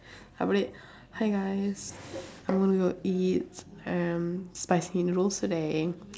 அப்படியே:appadiyee hi guys I'm gonna go eat um spicy noodles today